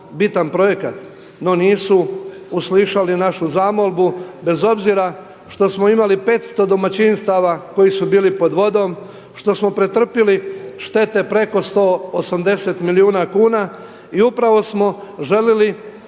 bitan projekat, no nisu uslišali našu zamolbu bez obzira što smo imali 500 domaćinstava koji su bili pod vodom, što smo pretrpili štete preko 180 milijuna kuna i upravo smo želili